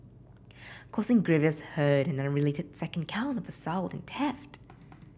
causing grievous hurt an unrelated second count of assault and theft